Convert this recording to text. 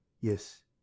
yes